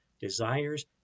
desires